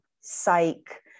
psych